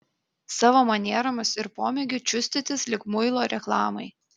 savo manieromis ir pomėgiu čiustytis lyg muilo reklamai